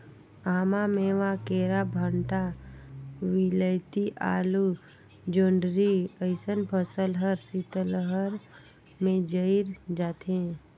आमा, मेवां, केरा, भंटा, वियलती, आलु, जोढंरी अइसन फसल हर शीतलहार में जइर जाथे